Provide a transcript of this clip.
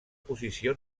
posició